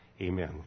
Amen